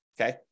okay